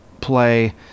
play